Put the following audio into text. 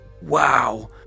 Wow